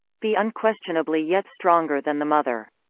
be unquestionably yet stronger than the mother.